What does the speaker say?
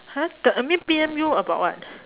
!huh! the admin P_M you about what